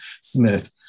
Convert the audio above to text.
Smith